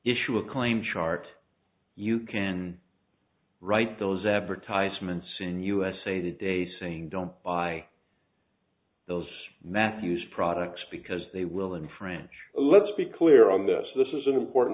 issue a claim chart you can write those advertisements in usa today saying don't buy those matthews products because they will in french let's be clear on this this is an important